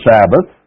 Sabbath